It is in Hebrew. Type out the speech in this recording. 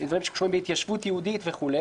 דברים שקשורים בהתיישבות יהודית וכו'.